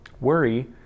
Worry